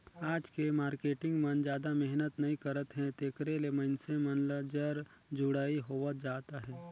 आज के मारकेटिंग मन जादा मेहनत नइ करत हे तेकरे ले मइनसे मन ल जर जुड़ई होवत जात अहे